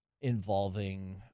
involving